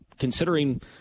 considering